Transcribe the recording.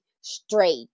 straight